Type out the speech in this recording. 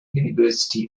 university